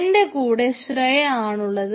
എൻറെ കൂടെ ശ്രേയ ആണുള്ളത്